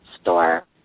store